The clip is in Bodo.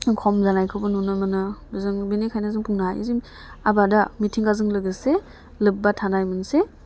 खम जानायखौबो नुनो मोनो जों बिनिखायनो जों बुंनो हायोजि आबादा मिथिंगाजों लोगोसे लोब्बा थानाय मोनसे